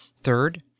Third